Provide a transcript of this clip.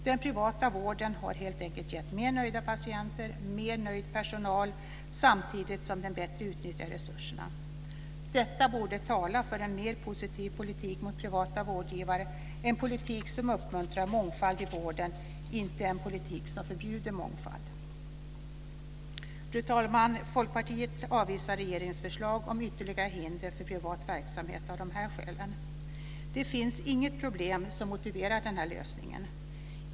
Den privata vården har helt enkelt gett mer nöjda patienter, mer nöjd personal samtidigt som den bättre utnyttjar resurserna. Detta borde tala för en mer positiv politik mot privata vårdgivare, dvs. en politik som uppmuntrar mångfald i vården, inte en politik som förbjuder mångfald. Fru talman! Folkpartiet avvisar regeringens förslag om ytterligare hinder för privat verksamhet av följande skäl. Det finns inget problem som motiverar denna lösning.